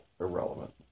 irrelevant